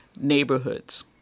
neighborhoods